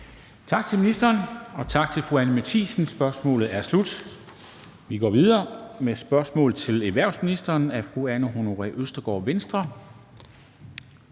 Tak til ministeren, og tak til fru Anni Matthiesen. Spørgsmålet er slut. Vi går videre med et spørgsmål til erhvervsministeren af fru Anne Honoré Østergaard, Venstre.